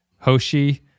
Hoshi